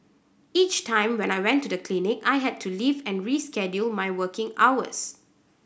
each time when I went to the clinic I had to leave and reschedule my working hours